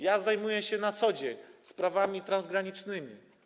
Ja zajmuję się na co dzień sprawami transgranicznymi.